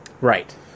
Right